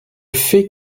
fait